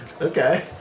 Okay